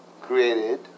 created